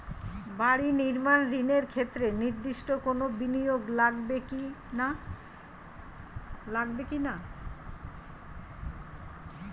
বাড়ি নির্মাণ ঋণের ক্ষেত্রে নির্দিষ্ট কোনো বিনিয়োগ লাগবে কি না?